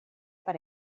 per